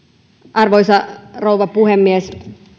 arvoisa rouva puhemies